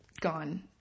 gone